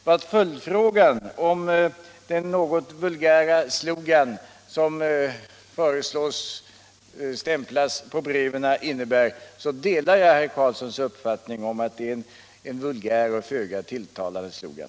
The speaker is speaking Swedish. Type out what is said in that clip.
Vad avser följdfrågan om den slogan som föreslagits bli stämplad på breven vill jag säga att jag delar herr Carlssons uppfattning om att det är en vulgär och föga tilltalande slogan.